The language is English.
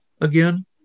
again